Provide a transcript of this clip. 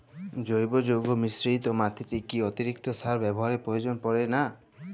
জৈব যৌগ মিশ্রিত মাটিতে কি অতিরিক্ত সার ব্যবহারের প্রয়োজন পড়ে না?